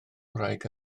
wraig